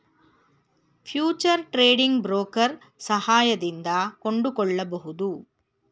future trading broker ಸಹಾಯದಿಂದ ಕೊಂಡುಕೊಳ್ಳಬಹುದು